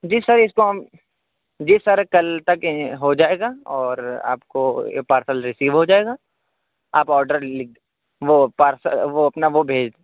جی sir اس کو ہم جی سر کل تک ہوجائے گا اور آپ کو یہ پارسل ریسیو ہوجائے گا آپ آرڈر لکھ وہ اپنا وہ بھیج